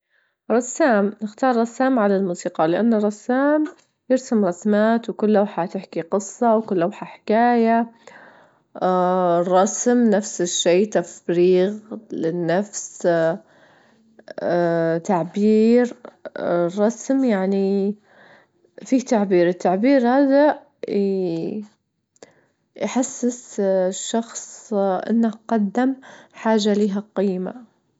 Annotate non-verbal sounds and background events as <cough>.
رسام، نختار رسام على الموسيقى، لأن الرسام <noise> يرسم رسمات، وكل لوحة تحكي قصة، وكل لوحة حكاية <hesitation> الرسم نفس الشيء تفريغ للنفس <hesitation> تعبير، الرسم يعني فيه تعبير، التعبير هذا يحسس الشخص إنه قدم حاجة لها قيمة.